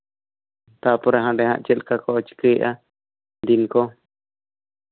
ᱛᱟᱨᱯᱚᱨᱮ ᱦᱟᱸᱰᱮ ᱦᱟᱜ ᱪᱮᱫ ᱞᱮᱠᱟ ᱠᱚ ᱪᱤᱠᱟᱭᱮᱫᱟ ᱫᱤᱱ ᱠᱚ